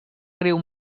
riu